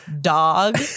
dog